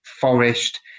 Forest